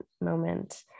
moment